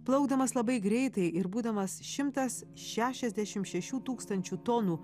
plaukdamas labai greitai ir būdamas šimtas šešiasdešim šešių tūkstančių tonų